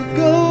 go